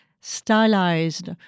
stylized